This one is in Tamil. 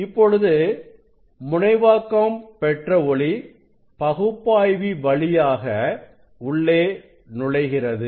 இப்பொழுது முனைவாக்கம் பெற்ற ஒளி பகுப்பாய்வி வழியாக உள்ளே நுழைகிறது